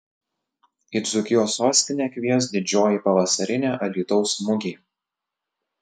į dzūkijos sostinę kvies didžioji pavasarinė alytaus mugė